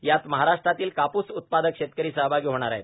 यात महाराष्ट्रातील कापूस उत्पादक शेतकरी सहभागी होणार आहे